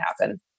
happen